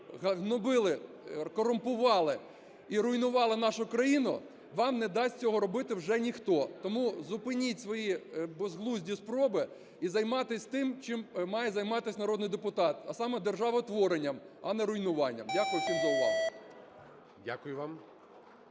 гнобили, корумпували і руйнували нашу країну, вам не дасть цього робити вже ніхто. Тому зупиніть свої безглузді спроби і займайтесь тим, чим має займатись народний депутат, а саме державотворенням, а не руйнуванням. Дякую всім за увагу.